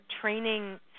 training